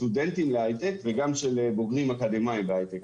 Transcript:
סטודנטים להיי-טק, וגם של בוגרים אקדמיים בהיי-טק.